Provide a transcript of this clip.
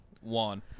one